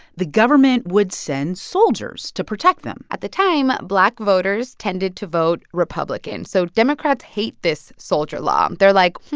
the government would send soldiers to protect them at the time, black voters tended to vote republican. so democrats hate this soldier law. um they're like,